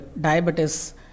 diabetes